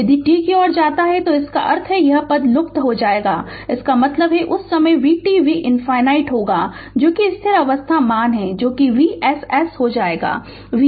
यदि t की ओर जाता है तो इसका अर्थ है कि यह पद लुप्त हो जाएगा इसका मतलब है कि उस समय vt V ∞ होगा जो कि स्थिर अवस्था मान है जो कि Vss हो जायेगा Vs